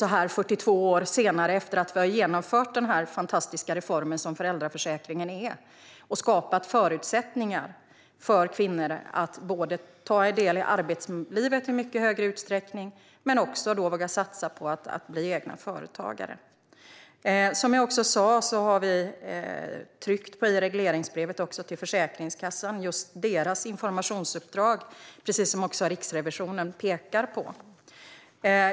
Så är det alltså nu, 42 år efter att vi genomförde den fantastiska reform som föräldraförsäkringen är och som har skapat förutsättningar för kvinnor att både ta del i arbetslivet i mycket större utsträckning och våga satsa på att bli egna företagare. Som jag också sa har vi i regleringsbrevet till Försäkringskassan tryckt på just deras informationsuppdrag, vilket Riksrevisionen pekar på.